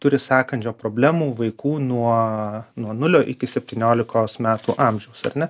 turi sąkandžio problemų vaikų nuo nuo nulio iki septyniolikos metų amžiaus ar ne